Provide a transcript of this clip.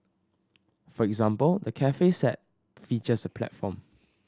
for example the cafe set features a platform